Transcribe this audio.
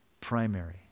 primary